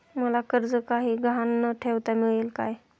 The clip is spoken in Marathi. मला कर्ज काही गहाण न ठेवता मिळेल काय?